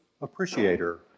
appreciator